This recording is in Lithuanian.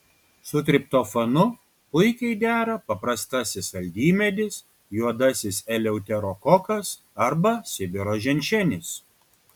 su triptofanu puikiai dera paprastasis saldymedis juodasis eleuterokokas arba sibiro ženšenis